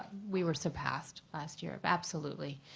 we were surpassed last year absolutely.